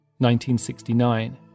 1969